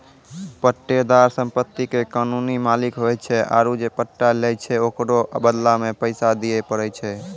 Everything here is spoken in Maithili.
पट्टेदार सम्पति के कानूनी मालिक होय छै आरु जे पट्टा लै छै ओकरो बदला मे पैसा दिये पड़ै छै